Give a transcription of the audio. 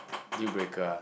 deal breaker ah